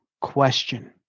question